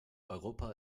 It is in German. europa